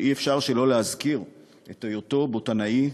שאי-אפשר שלא להזכיר את היותו בוטנאי,